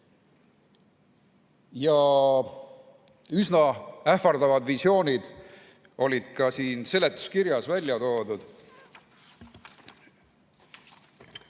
Üsna ähvardavad visioonid olid ka siin seletuskirjas välja toodud.